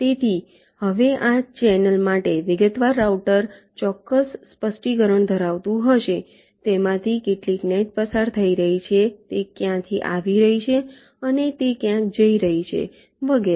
તેથી હવે આ ચેનલ માટે વિગતવાર રાઉટર ચોક્કસ સ્પષ્ટીકરણ ધરાવતું હશે તેમાંથી કેટલી નેટ પસાર થઈ રહી છે તે ક્યાથી આવી રહી છે અને તે ક્યાં જઈ રહી છે વગેરે